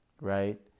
right